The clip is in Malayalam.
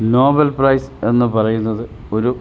നോബൽ പ്രൈസ് എന്നു പറയുന്നത് ഒരു